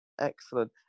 excellent